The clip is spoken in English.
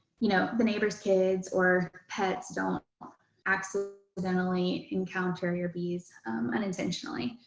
you know, the neighbors kids or pets don't accidentally encounter your bees unintentionally.